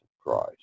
Christ